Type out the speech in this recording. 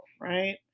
right